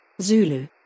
Zulu